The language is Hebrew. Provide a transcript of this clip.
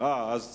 לא, לא.